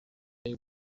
day